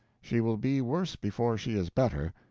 she will be worse before she is better.